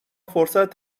فرصت